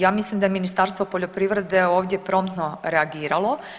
Ja mislim da je Ministarstvo poljoprivrede ovdje promptno reagiralo.